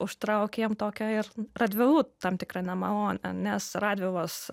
užtraukė jam tokią ir radvilų tam tikrą nemalonę nes radvilos